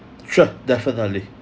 sure definitely